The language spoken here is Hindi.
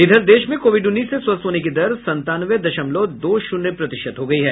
इधर देश में कोविड उन्नीस से स्वस्थ होने की दर संतानवे दशमलव दो शून्य प्रतिशत हो गई है